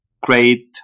great